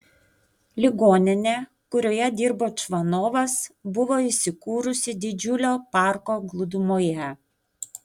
ligoninė kurioje dirbo čvanovas buvo įsikūrusi didžiulio parko glūdumoje